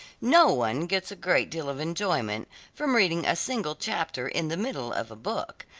no one gets a great deal of enjoyment from reading a single chapter in the middle of a book,